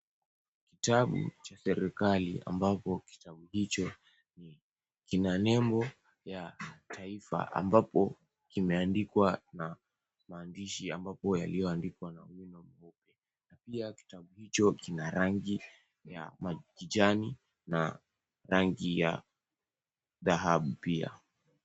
Kitabu cha serikali ambapo kitabu hicho kina nembo ya taifa ambapo kimeandikwa na maandishi ambapo yalioandikwa na wino mweupe na pia kitabu hicho kina rangi ya kijani na rangi ya dhahabu pia.